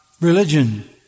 religion